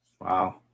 Wow